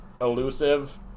elusive